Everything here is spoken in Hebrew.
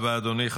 תודה רבה, אדוני.